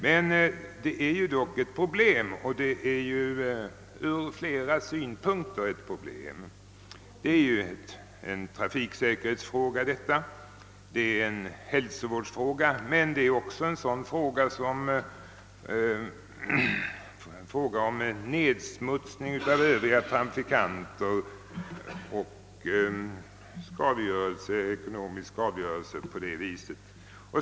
Men det är dock ett problem och det är ett problem ar flera synpunkter. Det är en trafik säkerhetsfråga, det är en hälsovårdsfråga, men det är också en fråga om nedsmutsning av övriga trafikanter och ekonomisk skadegörelse på det viset.